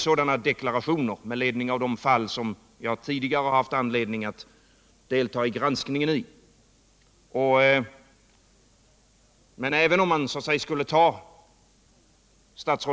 Jag har med ledning av de fall som jag tidigare haft anledning att delta i granskningen av haft mina tvivel på uppriktigheten i sådana deklarationer.